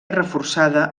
reforçada